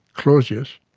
clausius,